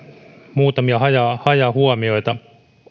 muutamia hajahuomioita ensinnäkin